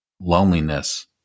loneliness